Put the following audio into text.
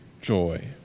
joy